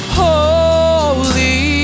holy